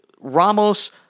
Ramos